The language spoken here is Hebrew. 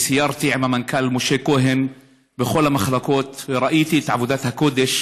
סיירתי עם המנכ"ל משה כהן בכל המחלקות וראיתי את עבודת הקודש